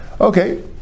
Okay